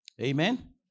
Amen